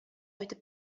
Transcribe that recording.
кайтып